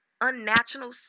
unnatural